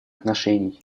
отношений